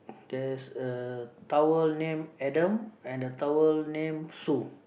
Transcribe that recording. there's a towel name Adam and a towel name Sue